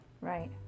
right